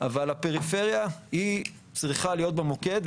אבל הפריפריה היא צריכה להיות במוקד,